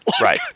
Right